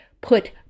put